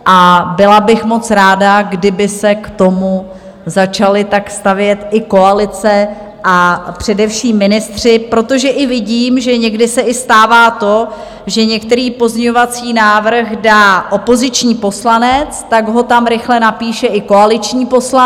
A byla bych moc ráda, kdyby se k tomu začala tak stavět i koalice, a především ministři, protože vidím, že někdy se stává i to, že některý pozměňovací návrh dá opoziční poslanec, tak ho tam rychle napíše i koaliční poslanec.